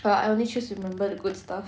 ya I only choose to remember the good stuff